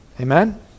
Amen